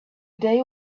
day